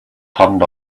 turned